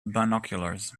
binoculars